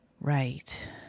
Right